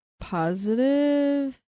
positive